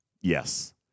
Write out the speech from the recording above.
Yes